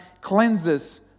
cleanses